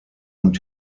und